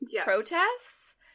protests